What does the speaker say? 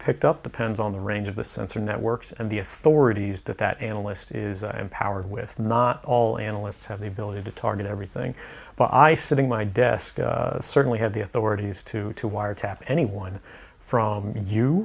picked up depends on the range of the sensor networks and the authorities that that analyst is empowered with not all analysts have the ability to target everything but i sitting my desk certainly had the authorities to to wiretap anyone from you